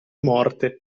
morte